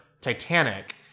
Titanic